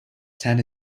stand